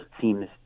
seems